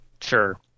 Sure